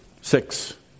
six